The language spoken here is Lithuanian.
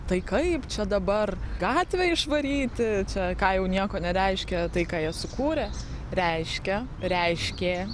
tai kaip čia dabar gatvę išvaryti čia ką jau nieko nereiškia tai ką jie sukūrę reiškia reiškė